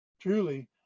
truly